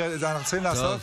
שאנחנו צריכים לעשות,